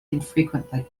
infrequently